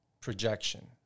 projection